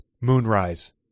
Moonrise